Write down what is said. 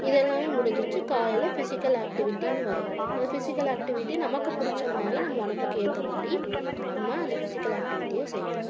இது எல்லாம் முடிஞ்சிச்சு காலையில் பிசிக்கல் ஆக்டிவிட்டின்னு வரும் அந்த பிசிக்கல் ஆக்டிவிட்டி நமக்கு பிடிச்ச மாதிரி நமக்கு உடம்புக்கு ஏற்ற மாதிரி நம்ம அந்த பிசிக்கல் ஆக்டிவிட்டியை செய்யணும்